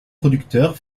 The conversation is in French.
producteurs